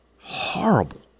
Horrible